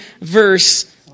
verse